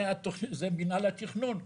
זה מנהל התכנון,